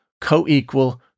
co-equal